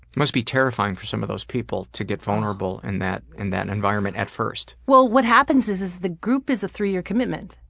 must be terrifying for some of those people to get vulnerable in that in that environment at first. well, what happens is is the group is a three year commitment.